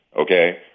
okay